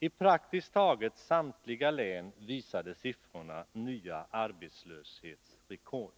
I praktiskt taget samtliga län visade siffrorna nya arbetslöshetsrekord.